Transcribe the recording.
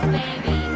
baby